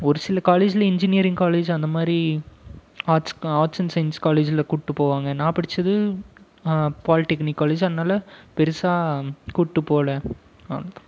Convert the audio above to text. ஒரு சில காலேஜில் இன்ஜினியரிங் காலேஜ் அந்த மாதிரி ஆர்ட்ஸ் க ஆர்ட்ஸ் அண்ட் சைன்ஸ் காலேஜில் கூபிட்டு போவாங்க நான் படிச்சது பால்டெக்கினிக் காலேஜ் அன்னால பெருசாக கூபிட்டு போலை ம்ம்